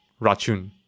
Rachun